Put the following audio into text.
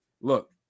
look